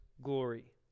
glory